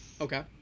Okay